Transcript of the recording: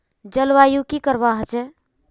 जलवायु की करवा होचे?